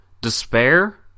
despair